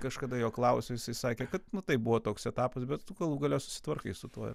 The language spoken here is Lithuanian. kažkada jo klausiau jisai sakė kad nu taip buvo toks etapas bet tu galų gale susitvarkai su tuo